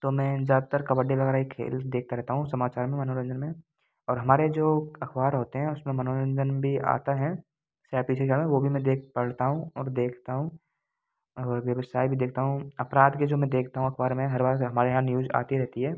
तो मे ज़्यादातर कबड्डी वगैरह ही खेल देखता रहता हूँ समाचार में मनोरंजन में और हमारे जो अखबार होते हैं उसमें मनोरंजन भी आता है से आप पीछे जाना वो भी मे देख पढ़ता हूँ और देखता हूँ और व्यवसाय भी देखता हूँ अपराध के जो मैं देखता हूँ अखबार में हर वार हमारे यहाँ न्यूज आती रहती है